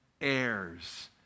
heirs